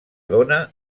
dóna